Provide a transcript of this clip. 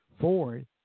Ford